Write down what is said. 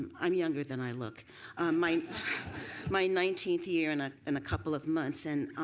i am younger than i look my my nineteenth year in ah in a couple of months and